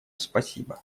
спасибо